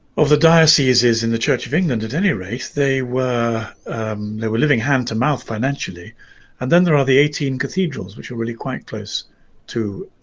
of the dioceses in the church of england at any rate they were they were living hand-to-mouth financially and then there are the eighteen cathedrals which are really quite close to